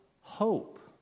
hope